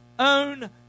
own